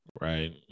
Right